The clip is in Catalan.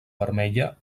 vermella